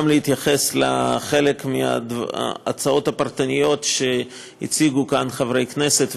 להתייחס לחלק מההצעות הפרטניות שהציגו כאן חברי כנסת,